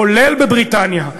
כולל בבריטניה,